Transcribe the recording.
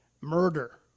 murder